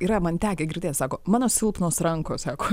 yra man tekę girdėt sako mano silpnos rankos sako